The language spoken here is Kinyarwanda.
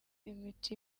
imiti